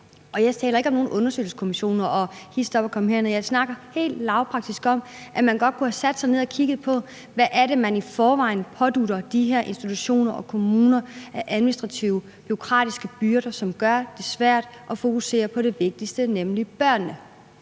jeg taler ikke om nogen undersøgelseskommissioner og hist op og kom her ned – jeg snakker helt lavpraktisk om, at man godt kunne have sat sig ned og kigget på, hvad det er, man i forvejen pådutter de institutioner og kommuner af administrative, bureaukratiske byrder, som gør det svært at fokusere på det vigtigste, nemlig børnene.